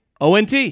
ONT